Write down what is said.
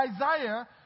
Isaiah